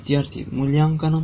విద్యార్థి మూల్యాంకనం